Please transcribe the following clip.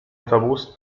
autobus